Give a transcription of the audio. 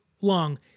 long